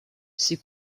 ces